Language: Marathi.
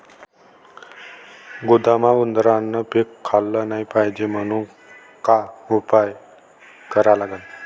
गोदामात उंदरायनं पीक खाल्लं नाही पायजे म्हनून का उपाय करा लागन?